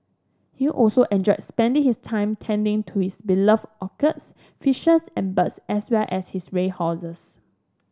he also enjoyed spending his time tending to his beloved orchids fishes and birds as well as his ray horses